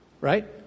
Right